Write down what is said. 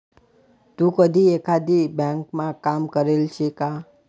तू कधी एकाधी ब्यांकमा काम करेल शे का?